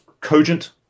cogent